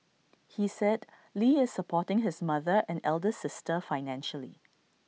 he said lee is supporting his mother and elder sister financially